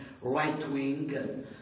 right-wing